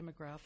demographic